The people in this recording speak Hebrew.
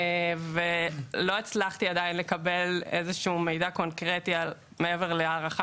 או לקבל איזשהו מידע קונקרטי מעבר להערכה